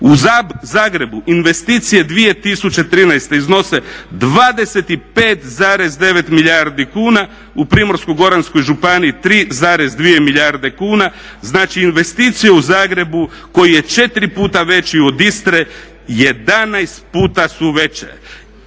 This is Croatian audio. U Zagrebu investicije 2013. iznose 25,9 milijardi kuna, u Primorsko-goranskoj županiji 3,2 milijarde kuna. Znači investicije u Zagrebu koji je 4 puta veći od Istre 11 puta su veće.